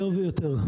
יותר ויותר.